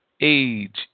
age